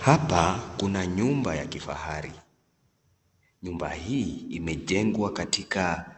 Hapa kuna nyumba ya kifahari. Nyumba hii imejengwa katika